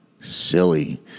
Silly